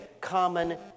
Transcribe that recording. common